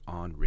on